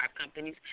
companies